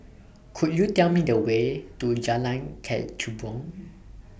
Could YOU Tell Me The Way to Jalan Kechubong